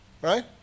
right